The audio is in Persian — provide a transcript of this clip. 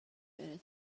بره